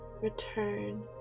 return